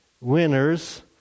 Winners